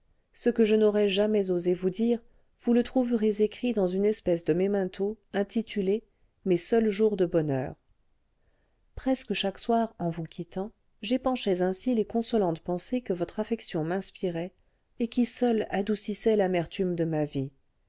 ce que je n'aurais jamais osé vous dire vous le trouverez écrit dans une espèce de memento intitulé mes seuls jours de bonheur presque chaque soir en vous quittant j'épanchais ainsi les consolantes pensées que votre affection m'inspirait et qui seules adoucissaient l'amertume de ma vie